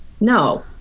No